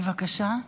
בבקשה.